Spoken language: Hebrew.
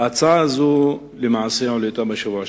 ההצעה הזאת למעשה הועלתה בשבוע שעבר,